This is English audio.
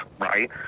Right